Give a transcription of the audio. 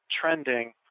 trending